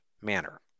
manner